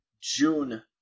June